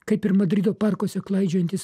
kaip ir madrido parkuose klaidžiojantys